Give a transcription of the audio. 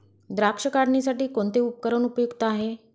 द्राक्ष काढणीसाठी कोणते उपकरण उपयुक्त आहे?